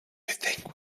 think